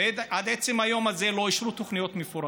ועד עצם היום הזה לא אישרו תוכניות מפורטות,